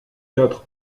quatre